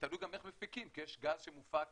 תלוי גם איך מפיקים, כי יש גז שמופק